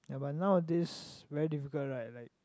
ya but nowadays very difficult right like